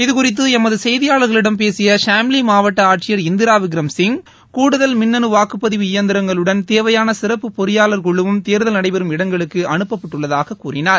இதுகுறித்து எமது செய்தியாளர்களிடம் பேசிய ஷாம்லி மாவட்ட ஆட்சியர் இந்திரா விக்ரம்சிங் கூடுதல் மின்னனு வாக்குப்பதிவு யந்திரங்களுடன் தேவையாள சிறப்பு பொறியாளர் குழுவும் தேர்தல் நடைபெறும் இடங்களுக்கு அனுப்பப்பட்டுள்ளதாக கூறினார்